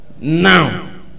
Now